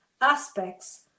aspects